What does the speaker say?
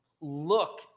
look